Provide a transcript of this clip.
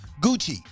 gucci